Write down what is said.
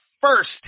first